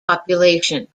population